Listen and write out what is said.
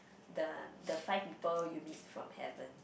the the Five People You Meet from Heaven